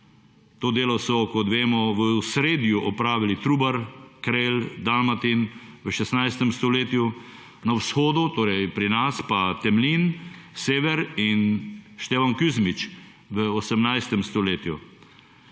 To delo so, kot vemo, v osredju opravili Trubar, Krelj, Dalmatin, v 16. stoletju, na vzhodu, torej pri nas pa Temlin, Sever in Štefan Kuzmič v 18. stoletju.